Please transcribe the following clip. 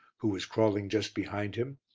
who was crawling just behind him.